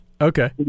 Okay